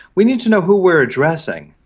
we need to know who we're addressing,